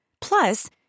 Plus